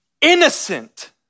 innocent